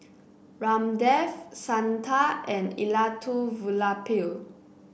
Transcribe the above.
Ramdev Santha and Elattuvalapil